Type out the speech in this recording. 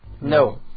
no